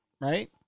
Right